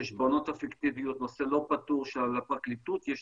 החשבונות הפיקטיביים, נושא לא פתור שלפרקליטות יש